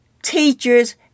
teachers